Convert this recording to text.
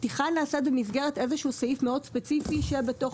הפתיחה נעשית במסגרת סעיף מאוד ספציפי שבתוך